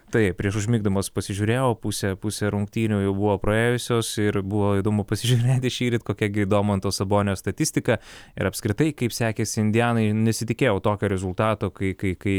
taip prieš užmigdamas pasižiūrėjau pusę pusę rungtynių jau buvo praėjusios ir buvo įdomu pasižiūrėti šįryt kokia gi domanto sabonio statistika ir apskritai kaip sekėsi indianai nesitikėjau tokio rezultato kai kai kai